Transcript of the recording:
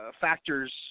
factors